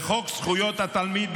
בחוק זכויות התלמיד,